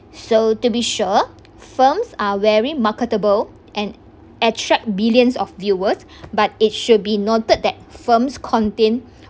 so to be sure films are very marketable and attract billions of viewers but it should be noted that films contain